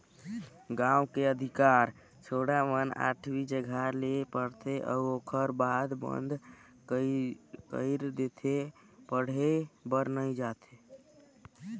गांव के अधिकार छौड़ा मन आठवी जघा ले पढ़थे अउ ओखर बाद बंद कइर देथे पढ़े बर नइ जायें